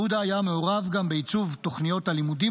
יהודה היה מעורב גם בעיצוב תוכניות הלימודים